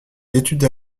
études